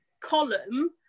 column